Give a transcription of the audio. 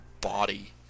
body